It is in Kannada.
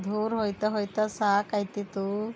ದೂರ ಹೋಯ್ತಾ ಹೋಯ್ತಾ ಸಾಕಾಯ್ತಿತು